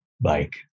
bike